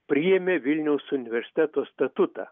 priėmė vilniaus universiteto statutą